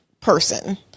person